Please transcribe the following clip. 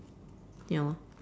ya lah